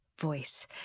voice